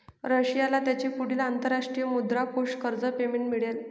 रशियाला त्याचे पुढील अंतरराष्ट्रीय मुद्रा कोष कर्ज पेमेंट मिळेल